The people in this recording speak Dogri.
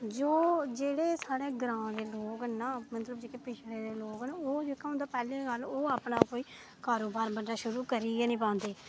जो जेह्ड़े साढ़े ग्रां दे लोक ना मतलब जेह्के पिछड़े दे लोक न ओह् जेह्का उं'दा पैह्लें क ओह् अपने आपै ई कारोबार बंदा शुरू करी गै निं पांदे